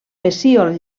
pecíol